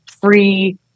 free